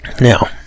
Now